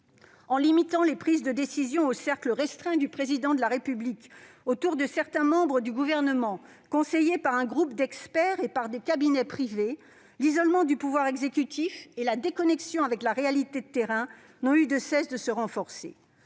En limitant les prises de décisions au cercle restreint du Président de la République autour de certains membres du Gouvernement, conseillés par un groupe d'experts et par des cabinets privés, l'isolement du pouvoir exécutif et la déconnexion avec la réalité de terrain n'ont eu de cesse de se renforcer.